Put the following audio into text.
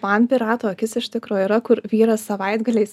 man pirato akis iš tikrųjų yra kur vyras savaitgaliais